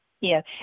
yes